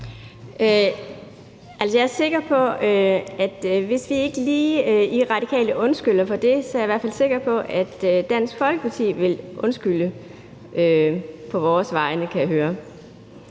(RV): Altså, hvis vi ikke lige undskylder for det i Radikale Venstre, er jeg i hvert fald sikker på, at Dansk Folkeparti vil undskylde på vores vegne, kan jeg høre.